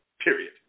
period